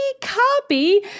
copy